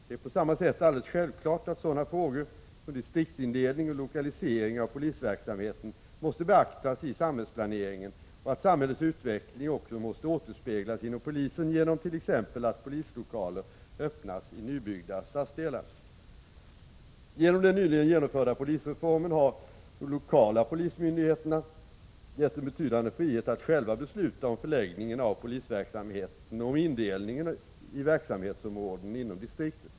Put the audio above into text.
Det är på samma sätt alldeles självklart att sådana frågor som distriktsindelning och lokalisering av polisverksamheten måste beaktas i samhällsplaneringen och att samhällets utveckling också måste återspeglas inom polisen, t.ex. genom att polislokaler öppnas i nybyggda stadsdelar. Genom den nyligen genomförda polisreformen har de lokala polismyndigheterna getts en betydande frihet att själva besluta om förläggning av polisverksamheten och om indelningen av verksamhetsområden inom distriktet.